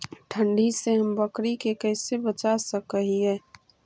ठंडी से हम बकरी के कैसे बचा सक हिय?